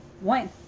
one